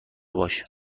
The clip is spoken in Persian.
باش